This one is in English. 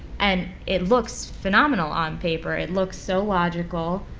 and it looks phenomenal on paper. it looks so logical.